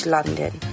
London